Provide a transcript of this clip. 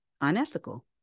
unethical